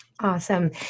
Awesome